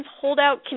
holdout